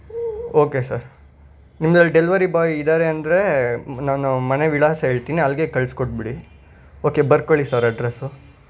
okay sir ನಿಮ್ದ್ರಲ್ಲಿ delivery boy ಇದ್ದಾರೆ ಅಂದರೆ ನಾನು ಮನೆ ವಿಳಾಸ ಹೇಳ್ತಿನಿ ಅಲ್ಲಿಗೇ ಕಳ್ಸಿಕೊಟ್ಬಿಡಿ ಓಕೆ ಬರ್ಕೊಳ್ಳಿ ಸರ್ ಅಡ್ರೆಸ್